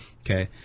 Okay